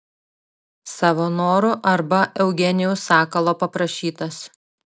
savo noru arba eugenijaus sakalo paprašytas